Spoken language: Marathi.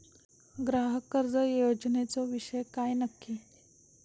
ग्राहक कर्ज योजनेचो विषय काय नक्की?